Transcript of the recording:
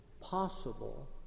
possible